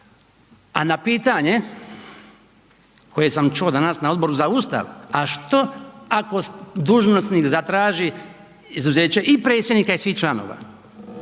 a na pitanje koje sam čuo danas na Odboru za Ustav a što ako dužnosnik zatraži izuzeće i predsjednika i svih članova.